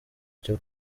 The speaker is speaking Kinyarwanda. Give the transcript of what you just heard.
cyo